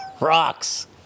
Rocks